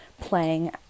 playing